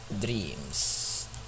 Dreams